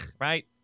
right